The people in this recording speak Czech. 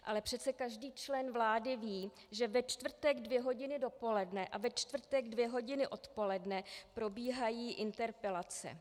Ale přece každý člen vlády ví, že ve čtvrtek dvě hodiny dopoledne a ve čtvrtek dvě hodiny odpoledne probíhají interpelace.